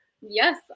Yes